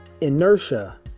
Inertia